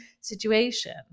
situation